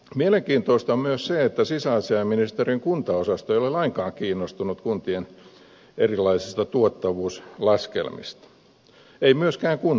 mielenkiintoista on myös se että sisäasiainministeriön kuntaosasto ei ole lainkaan kiinnostunut kuntien erilaisista tuottavuuslaskelmista ei myöskään kuntaliitto